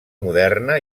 moderna